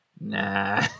nah